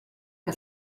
que